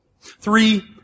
three